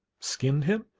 skinned him,